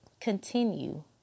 continue